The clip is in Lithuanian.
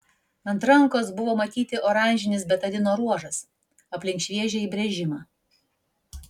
ant rankos buvo matyti oranžinis betadino ruožas aplink šviežią įbrėžimą